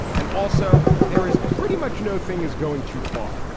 and also there is pretty much no thing is going too far.